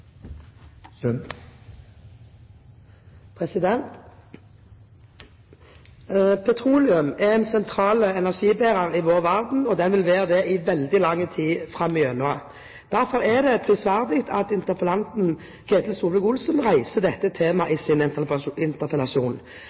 Petroleum er en sentral energibærer i vår verden, og den vil være det i veldig lang tid framover. Derfor er det prisverdig at interpellanten Ketil Solvik-Olsen reiser dette temaet i sin interpellasjon.